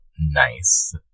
nice